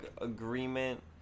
agreement